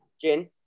Jin